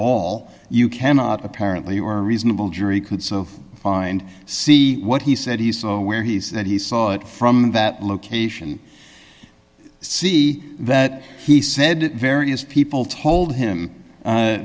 all you cannot apparently or a reasonable jury could so find see what he said he saw where he said he saw it from that location see that he said various people told him